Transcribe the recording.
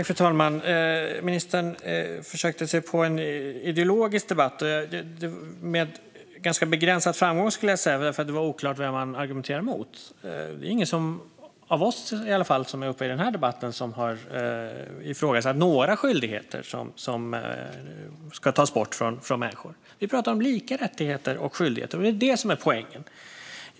Fru talman! Ministern försökte sig på en ideologisk debatt - med ganska begränsad framgång, skulle jag säga, eftersom det var oklart vem han argumenterade mot. Ingen av oss som är uppe i den här debatten har ifrågasatt några skyldigheter som skulle tas bort från människor. Vi pratar om lika rättigheter och skyldigheter, och det är det som är poängen.